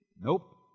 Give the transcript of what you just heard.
Nope